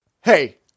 Hey